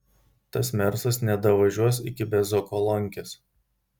tas mersas nedavažiuos iki bezokolonkės